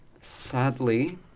Sadly